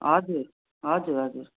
हजुर हजुर हजुर